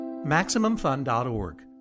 MaximumFun.org